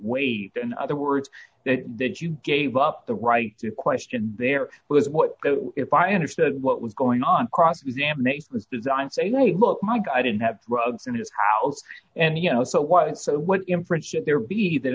waived in other words that that you gave up the right to question there was what if i understood what was going on cross examination was designed say hey look my guy didn't have drugs in his house and you know so why did so what inference should there be that